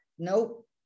Nope